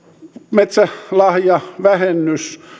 metsälahjavähennys